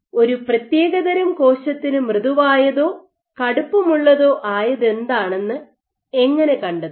ഒരു പ്രത്യേകതരം കോശത്തിന് മൃദുവായതോ കടുപ്പമുള്ളതോ ആയതെന്താണെന്ന് എങ്ങനെ കണ്ടെത്തും